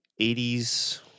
80s